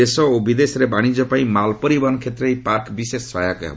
ଦେଶ ଓ ବିଦେଶରେ ବାଶିଜ୍ୟ ପାଇଁ ମାଲ ପରିବହନ କ୍ଷେତ୍ରରେ ଏହି ପାର୍କ ବିଶେଷ ସହାୟକ ହେବ